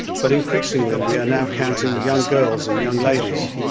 but increasingly we are now counting young girls and young ladies,